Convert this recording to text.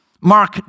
Mark